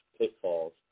pitfalls